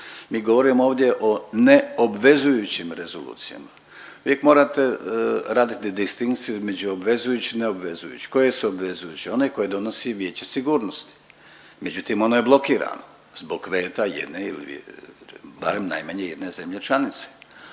Mi govorimo ovdje o neobvezujućim rezolucijama. Uvijek morate raditi distinkciju između obvezujući i neobvezujući. Koji su obvezujući? Onaj koje donosi Vijeće sigurnosti, međutim ono je blokirano zbog veta jedne, barem najmanje jedne zemlje članice